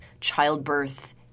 childbirth